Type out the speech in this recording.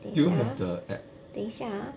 do you have the app